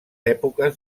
èpoques